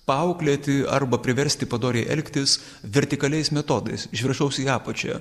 paauklėti arba priversti padoriai elgtis vertikaliais metodais iš viršaus į apačią